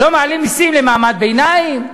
לא מעלים מסים למעמד ביניים?